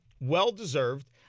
Well-deserved